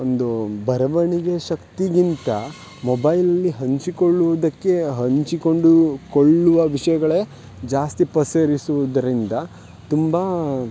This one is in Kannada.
ಒಂದು ಬರವಣಿಗೆ ಶಕ್ತಿಗಿಂತ ಮೊಬೈಲಲ್ಲಿ ಹಂಚಿಕೊಳ್ಳುವುದಕ್ಕೆ ಹಂಚಿಕೊಂಡು ಕೊಳ್ಳುವ ವಿಷಯಗಳೇ ಜಾಸ್ತಿ ಪಸರಿಸುವುದರಿಂದ ತುಂಬ